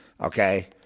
Okay